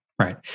right